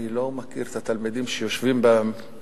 אני לא מכיר את התלמידים שיושבים ביציע,